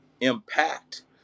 impact